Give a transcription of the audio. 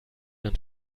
man